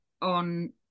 on